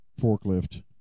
forklift